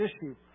issue